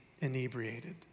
inebriated